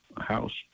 house